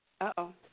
Uh-oh